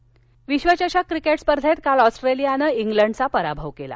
cricket विश्वचषक cricket स्पर्धेत काल ऑस्ट्रेलियानं इंग्लंडचा पराभव केला